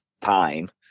time